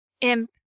Imp